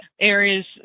areas